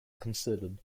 considered